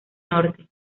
norte